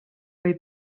või